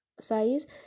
size